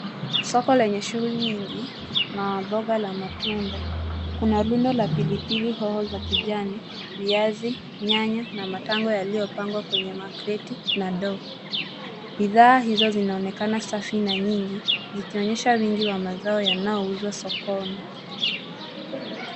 Soko lenye shughuli nyingi, na mboga la matunda. Kuna rundo la pilipili hoho za kijani, viazi, nyanya, na matango yaliyopangwa kwenye makreti na ndoo. Bidhaa hizo zinaonekana safi na nyingi, zikionyesha wingi wa mazao yanayouzwa sokoni.